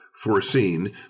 foreseen